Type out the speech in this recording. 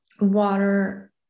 water